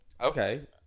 Okay